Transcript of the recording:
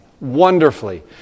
wonderfully